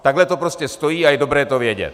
Takhle to prostě stojí a je dobré to vědět.